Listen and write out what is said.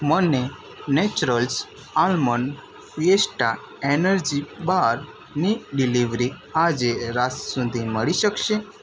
મને naturals almond fiesta energy બારની delivery આજે રાત સુધી મળી શકશે